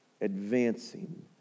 advancing